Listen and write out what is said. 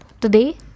today